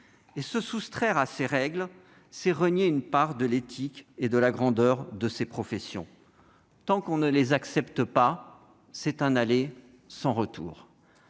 Se soustraire à ces règles, c'est renier une part de l'éthique et de la grandeur des professions concernées. Tant que l'on ne les accepte pas, c'est un aller sans retour.